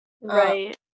Right